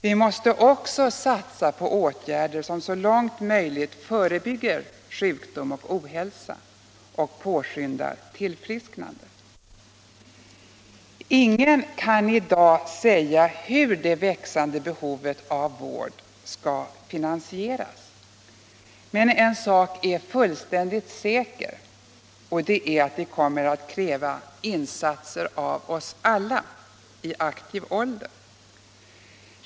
Vi måste också satsa på åtgärder som så långt möjligt förebygger sjukdom och ohälsa och påskyndar tillfrisknande. Ingen kan i dag säga hur det växande behovet av vård skall finansieras. Men en sak är säker — det kommer att kräva insatser av oss alla i aktiv ålder.